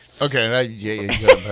okay